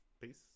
Peace